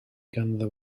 ganddo